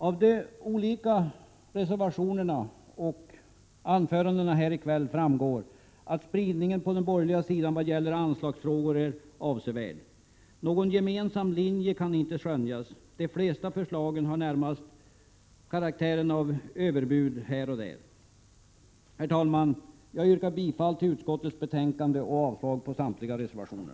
Av de olika reservationerna och anförandena här i kväll framgår att spridningen på den borgerliga sidan är avsevärd när det gäller anslagsfrågor. Någon gemensam linje kan inte skönjas — de flesta förslagen har närmast karaktären av överbud här och där. Herr talman! Jag yrkar bifall till hemställan i utskottets betänkande och avslag på samtliga reservationer.